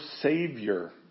Savior